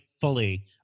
fully